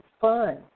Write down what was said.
Fun